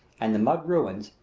and the mud ruins,